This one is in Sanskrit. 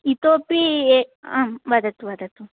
इतोऽपि आम् वदतु वदतु